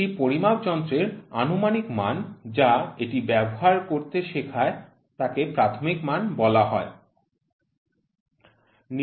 একটি পরিমাপ যন্ত্রের আনুমানিক মান যা এটি ব্যবহারে করতে শেখায় তাকে প্রাথমিক মান বলা হয়